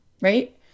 right